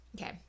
Okay